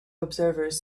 observers